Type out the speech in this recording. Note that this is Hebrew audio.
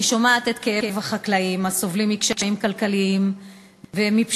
אני שומעת את כאב החקלאים הסובלים מקשיים כלכליים ומפשיעה,